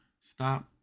stop